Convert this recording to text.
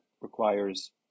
requires